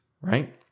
right